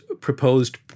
proposed